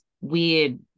weird